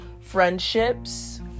friendships